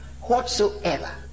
Whatsoever